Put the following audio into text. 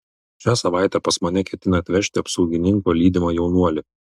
šią savaitę pas mane ketina atvežti apsaugininko lydimą jaunuolį